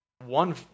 one